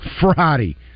Friday